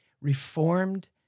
reformed